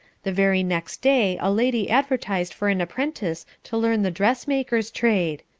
the very next day a lady advertised for an apprentice to learn the dressmaker's trade.